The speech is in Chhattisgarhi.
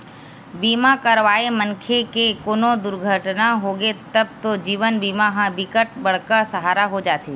बीमा करवाए मनखे के कोनो दुरघटना होगे तब तो जीवन बीमा ह बिकट बड़का सहारा हो जाते